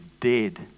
dead